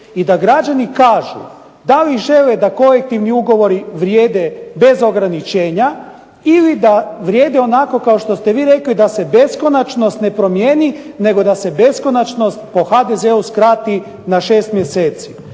i da građani kažu da li žele da kolektivni ugovori vrijede bez ograničenja ili da vrijede onako kao što ste vi rekli da se beskonačnost ne promijeni, nego da se beskonačnost po HDZ-u skrati na 6 mjeseci.